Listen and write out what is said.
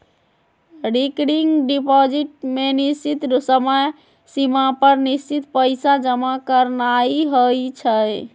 recurring deposit में निश्चित समय सिमा पर निश्चित पइसा जमा करानाइ होइ छइ